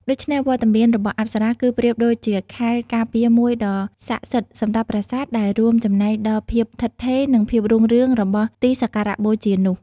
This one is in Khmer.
ដូច្នេះ វត្តមានរបស់អប្សរា គឺប្រៀបដូចជាខែលការពារមួយដ៏ស័ក្តិសិទ្ធិសម្រាប់ប្រាសាទ ដែលរួមចំណែកដល់ភាពឋិតថេរ និងភាពរុងរឿងរបស់ទីសក្ការបូជានោះ។